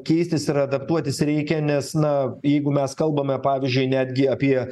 keistis ir adaptuotis reikia nes na jeigu mes kalbame pavyzdžiui netgi apie